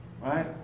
Right